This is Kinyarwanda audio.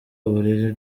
uburere